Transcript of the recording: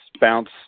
bounce